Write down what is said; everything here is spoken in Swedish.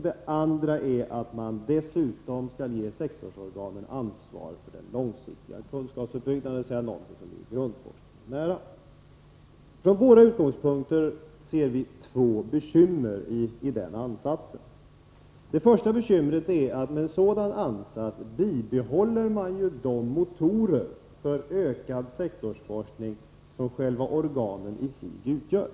Det andra är att man dessutom skall ge sektorsorganen ansvar för den långsiktiga kunskapsuppbyggnaden, dvs. något som ligger grundforskningen nära. Från våra utgångspunkter ser vi två bekymmer i den ansatsen. Det första bekymret är att man härmed bibehåller de motorer för ökad sektorsforskning som själva organen i sig utgör.